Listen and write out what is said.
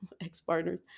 ex-partners